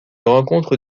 rencontre